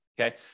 Okay